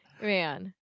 Man